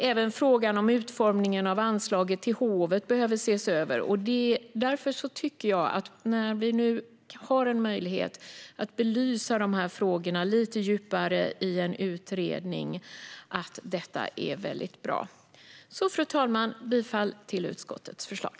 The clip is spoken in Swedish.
Även frågan om utformningen av anslaget till hovet behöver ses över. Jag tycker att det är bra att vi nu har en möjlighet att i en utredning belysa dessa frågor och gå lite djupare. Fru talman! Jag yrkar bifall till utskottets förslag.